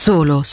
Solo